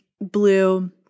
blue